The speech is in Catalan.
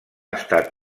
estat